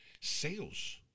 sales